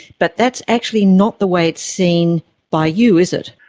but that's actually not the way it's seen by you, is it?